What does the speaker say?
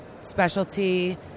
specialty